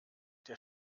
der